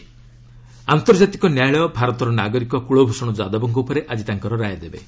ICJ ଯାଦବ ଆନ୍ତର୍ଜାତିକ ନ୍ୟାୟାଳୟ ଭାରତର ନାଗରିକ କୂଳଭୂଷଣ ଯାଦବଙ୍କ ଉପରେ ଆଜି ତାଙ୍କର ରାୟ ଦେବେ